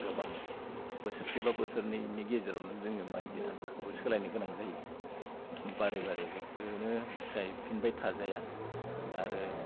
गोबां बोसोरसे बा बोसोरनैनि गेजेरावनो जोङो माइ बिधानफोरखौबो सोलायनो गोनां जायो बारे बारे बेखोनो गायफिनबाय थाजाया आरो